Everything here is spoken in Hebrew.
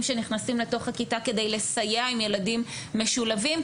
שנכנסים לתוך הכיתה כדי לסייע עם ילדים משולבים,